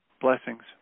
Blessings